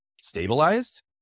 stabilized